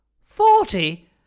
Forty